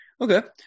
Okay